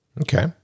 Okay